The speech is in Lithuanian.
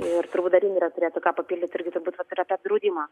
ir turbūt dar indrė turėtų ką papildyti irgi turbūt kas yra tas draudimas